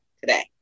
today